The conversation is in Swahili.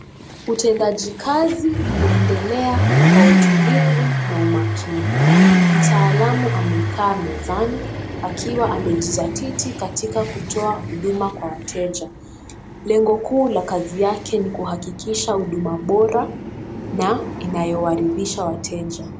Utendajikazi unaendelea kwa utulivu na umakini, mtaalamu amekaa mezani akiwa amejizatiti katika kutoa huduma kwa wateja, lengo kuu la kazi yake ni kuhakikisha huduma bora na inayowaridhisha wateja.